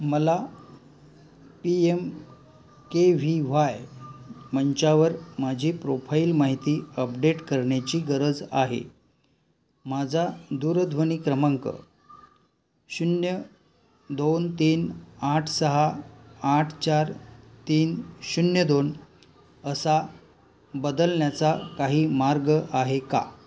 मला P M K V Y मंचावर माझी प्रोफाईल माहिती अपडेट करण्याची गरज आहे माझा दूरध्वनी क्रमांक शून्य दोन तीन आठ सहा आठ चार तीन शून्य दोन असा बदलण्याचा काही मार्ग आहे का